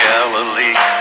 Galilee